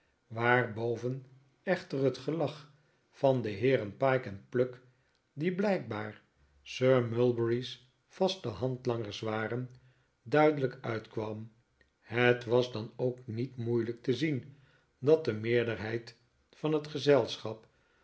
waarboven echter het gelach van de heeren pyke en pluck die blijkbaar sir mulberry's vaste handlangers waren duidelijk uitkwam het was dan ook niet moeilijk te zien dat de meerderheid van het gezelschap